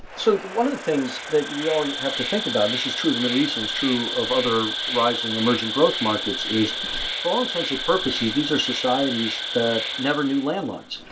so one of the things that we all have to think about, and this is true, the middle east and is true of other rising emerging growth markets is for all intense of purposes, these are societies that never new land lives.